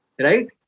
Right